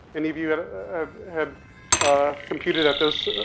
any of you have, have computed at those,